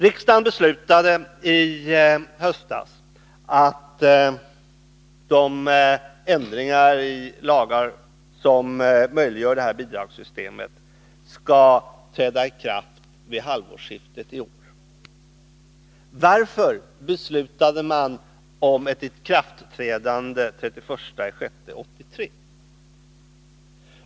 Riksdagen beslutade i höstas att de ändringar i lagarna som möjliggör det här bidragssystemet skall träda i kraft vid halvårsskiftet i år. Varför beslutade man om ett ikraftträdande fr.o.m. den 1 juli 1983?